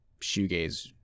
shoegaze